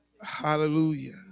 Hallelujah